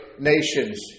Nations